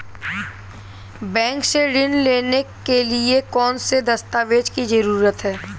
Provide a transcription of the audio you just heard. Bank से ऋण लेने के लिए कौन से दस्तावेज की जरूरत है?